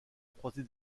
croisée